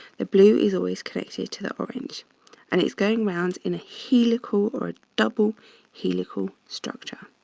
the blue is always connected to the orange and it's going around in a helical or a double helical structure.